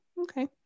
Okay